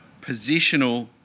positional